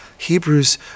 Hebrews